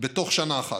בתוך שנה אחת,